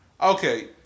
Okay